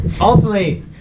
ultimately